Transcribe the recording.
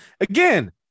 again